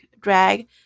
drag